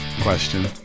question